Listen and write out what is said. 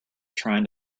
trying